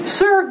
sir